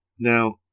Now